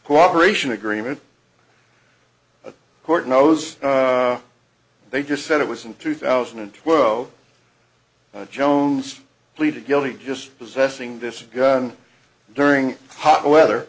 cooperation agreement the court knows they just said it was in two thousand and twelve jones pleaded guilty just possessing this gun during hot weather